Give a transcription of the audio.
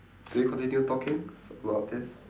do we continue talking about this